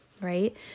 right